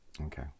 Okay